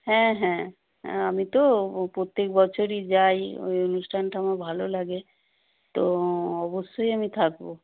হ্যাঁ হ্যাঁ আমি তো প্রত্যেক বছরই যাই ওই অনুষ্ঠানটা আমার ভালো লাগে তো অবশ্যই আমি থাকব